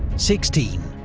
sixteen.